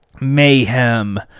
Mayhem